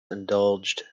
indulged